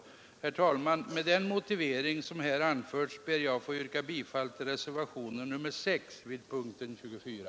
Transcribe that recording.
Herr talman! Med den motivering som här anförts ber jag att få yrka bifall till reservationen 6 vid punkten 24.